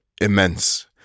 immense